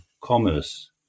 commerce